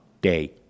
day